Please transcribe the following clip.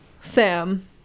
Sam